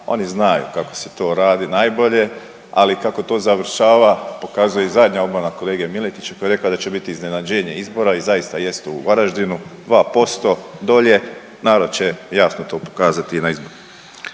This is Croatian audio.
oni znaju kako se to radi najbolje, ali kako to završava pokazuje i zadnja obmana kolege Miletića koji je rekao da će biti iznenađenje izbora i zaista jest u Varaždinu 2% dolje, narod će jasno to pokazati i na izborima.